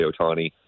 Otani